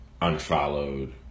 unfollowed